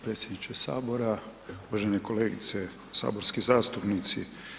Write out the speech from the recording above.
Predsjedniče Sabora, uvažene kolegice, saborski zastupnici.